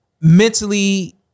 mentally